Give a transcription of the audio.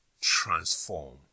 transform